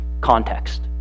context